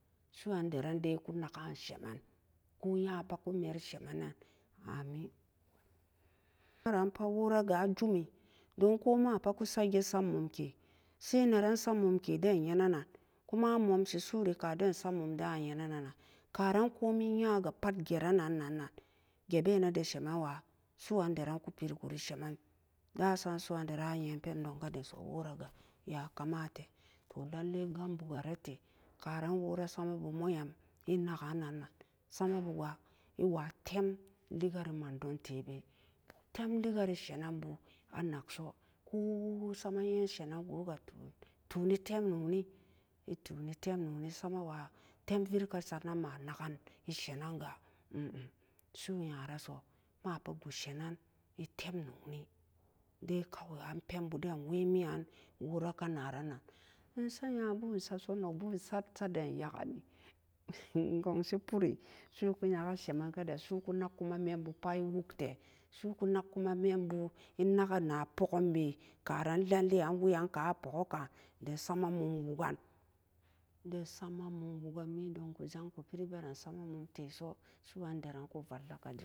Su'uan daranide ko nalla se men koh nya pat ko mee re semen nen amin ya ran pat woo ra ga joo mee don ko ma pat ko sat je sat mum ke sai neran sat mum ke den yeenenan ko ma a momsi su'u ree ka deen sat mum da na yenee nen na keran ko min yan ga pat jeran nan na je bee ne da semen wa'a su'u andaran ku peri ku rē semen dasam su'u andaran a yen pen don ka dat so wora ga wee a kama tee toh nanlee gam bu ga ree tee ka ran wora sa ma bu moo yem e nakan nan nan sama boo wa e wa'a tem lee ree mandon tee be tem lee ka ree senen boo a nak soo koo sama yen senen goo ga ton too nee tem noni e too ne tem noni sama wa'a tem virka ma naken ni senen ma nakeni senen gah em-em su'u nyara so ma pat gut senen e tem noni dai ka wai an pen booden wee mian wora ka na ran nan e sa nya boo e sat soo nong boo e sat, sat den ya'a ke ni gonsi puri su'u ku nyara semen ka dat su'u ku nak mee bu pat e wok tee su'u ku nak mee bu e na kee na pokum be ka ran nan lee an wee mi'an a poo kee kan dem sama mun woo an, da sama mum woo ra'an da sama mum woran mi donku jang ku veren sama mum teso su'uandaran ku valla ka ree da ree.